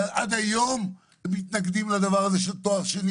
עד היום הם מתנגדים לדבר הזה של תואר ושני